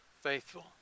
faithful